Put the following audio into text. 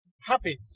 Happy